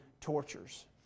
tortures